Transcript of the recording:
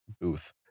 Booth